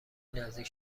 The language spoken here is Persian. نزدیک